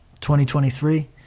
2023